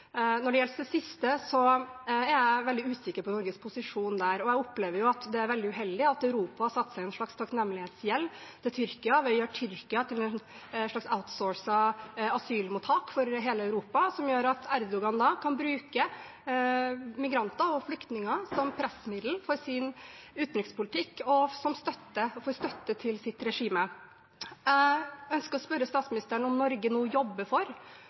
Når det gjelder det siste, er jeg veldig usikker på Norges posisjon der. Jeg opplever at det er veldig uheldig at Europa satte seg i en slags takknemlighetsgjeld til Tyrkia ved å gjøre Tyrkia til et slags outsourcet asylmottak for hele Europa, noe som gjør at Erdogan da kan bruke migranter og flyktninger som pressmiddel for sin utenrikspolitikk og som støtte til sitt regime. Jeg ønsker å spørre statsministeren om Norge nå jobber for